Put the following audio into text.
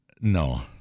No